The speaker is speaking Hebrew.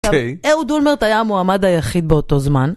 אהוד אולמרט היה המועמד היחיד באותו זמן